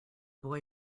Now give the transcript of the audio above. boy